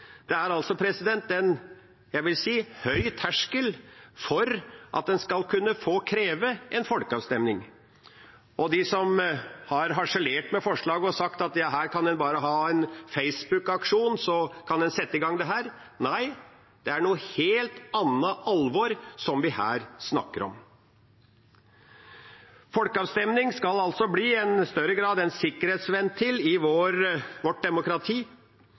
altså si at det er en høy terskel for at en skal kunne kreve en folkeavstemning. Og til dem som har harselert med forslaget og sagt at her kan en bare ha en Facebook-aksjon for å sette i gang dette: Nei, det er et helt annet alvor vi her snakker om. Folkeavstemning skal altså i større grad bli en sikkerhetsventil i vårt demokrati,